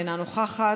אינה נוכחת,